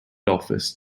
office